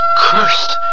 cursed